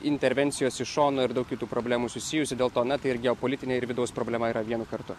intervencijos iš šono ir daug kitų problemų susijusių dėl to na tai ir geopolitinė ir vidaus problema yra vienu kartu